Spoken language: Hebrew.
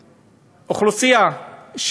אוכלוסייה,